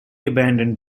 abandoned